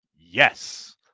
Yes